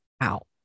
out